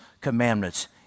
commandments